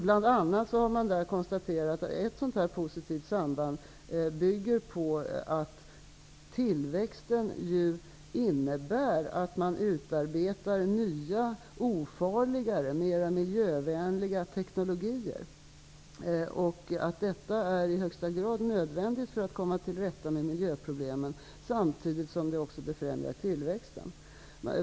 Man har bl.a. konstaterat i rapporten att ett positivt samband bygger på att tillväxten innebär att man utarbetar nya ofarligare, mer miljövänliga teknologier. Detta är i högsta grad nödvändigt för att komma till rätta med miljöproblemen samtidigt som det också befrämjar tillväxten.